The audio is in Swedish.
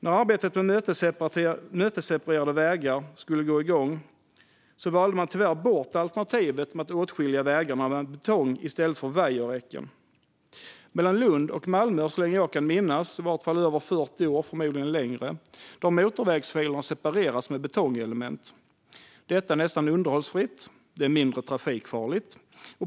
När arbetet med mötesseparerade vägar skulle gå igång valde man tyvärr bort alternativet att åtskilja vägarna med betong i stället för vajerräcken. Mellan Lund och Malmö har motorvägsfilerna så länge jag kan minnas, i varje fall i över 40 år och förmodligen längre, separerats med betongelement. Detta är nästan underhållsfritt, och det är mindre trafikfarligt.